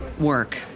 work